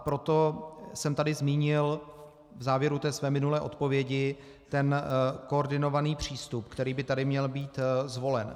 Proto jsem tady zmínil v závěru své minulé odpovědi ten koordinovaný přístup, který by tady měl být zvolen.